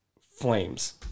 Flames